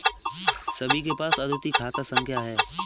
सभी के पास अद्वितीय खाता संख्या हैं